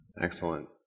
Excellent